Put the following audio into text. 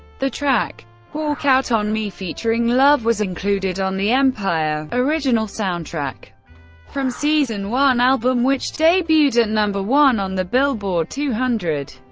the track walk out on me featuring love was included on the empire original soundtrack from season one album, which debuted at number one on the billboard two hundred.